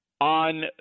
on